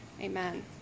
Amen